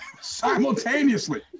simultaneously